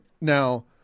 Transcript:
Now